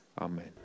Amen